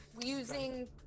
using